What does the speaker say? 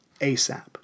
ASAP